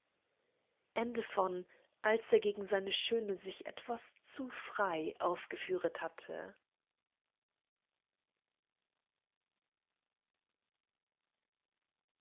als er gegen seine schöne sich etwas zu frei aufgeführet hatte